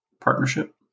partnership